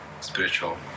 spiritual